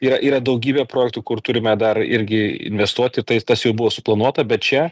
yra yra daugybė projektų kur turime dar irgi investuoti tai tas jau buvo suplanuota bet čia